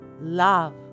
love